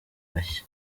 bashya